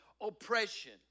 Oppression